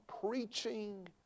preaching